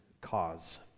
cause